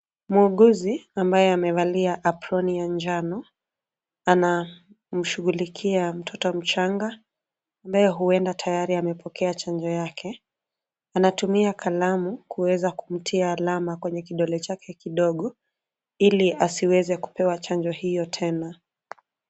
Muuguzi ambaye amevalia aproni ya njano anamshughulikia mtoto mchanga ambaye huenda tayari amepokea chanjo yake. Anatumia kalamu kuweza kumtia alama kwenye kidole chake kidogo ili asiweze kupewa chanjo hiyo tena.